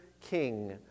king